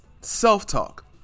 self-talk